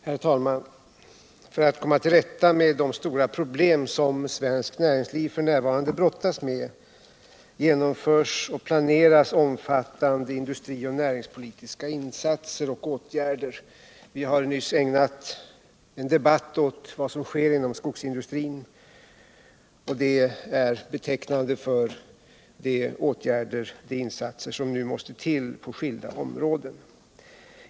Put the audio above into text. Herr talman! För att komma till rätta med de stora problem som svenskt näringsliv f. n. brottas med genomförs och planeras omfattande industrioch näringspolitiska åtgärder. Vi har nyss haft en debatt om vad som gäller inom skogsindustrin, och det är betecknande för de insatser som nu måste till på skilda områden.